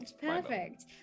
perfect